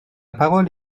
parole